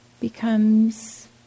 becomes